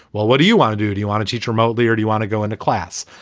well, what do you want to do? do you want to teach remotely or do you want to go into class?